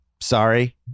Sorry